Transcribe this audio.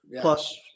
plus